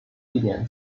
地点